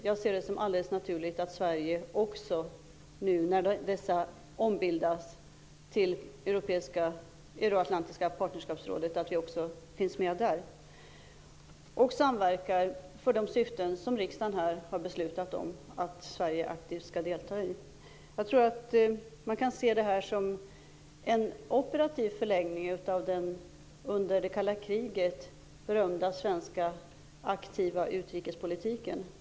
Jag ser det som alldeles naturligt att Sverige också nu, när dessa ombildas till det euroatlantiska partnerskapsrådet, finns med där och samverkar för de syften som riksdagen har beslutat om att Sverige aktivt skall arbeta för. Man kan se detta som en operativ förlängning av den under det kalla kriget berömda aktiva svenska utrikespolitiken.